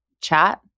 chat